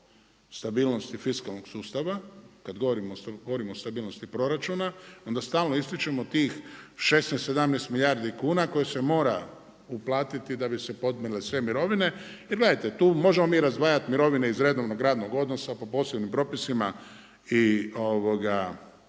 stabilnosti fiskalnog sustava, kada govorimo o stabilnosti proračuna onda stalno ističemo tih 16, 17 milijardi kuna koje se mora uplatiti da bi se podmirile sve mirovine. Jer gledajte, tu možemo mi razdvajati mirovine iz redovnog radnog odnosa po posebnim propisima itd.,